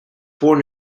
born